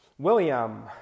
William